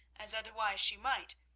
as otherwise she might,